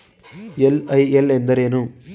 LIL ಎಂದರೇನು?